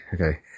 okay